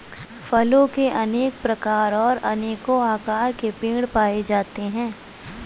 फलों के अनेक प्रकार और अनेको आकार के पेड़ पाए जाते है